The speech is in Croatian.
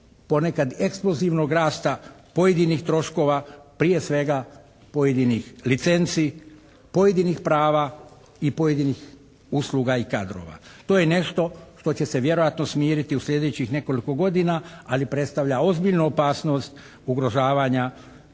ponekad eksplozivnog rasta pojedinih troškova, prije svega pojedinih licenci, pojedinih prava i pojedinih usluga i kadrova. To je nešto što će se vjerojatno smiriti u slijedećih nekoliko godina ali predstavlja ozbiljnu opasnost ugrožavanja